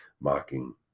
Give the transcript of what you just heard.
mocking